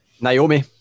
Naomi